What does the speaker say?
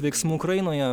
veiksmų ukrainoje